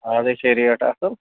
آزٕے چھےٚ ریٹ اَصٕل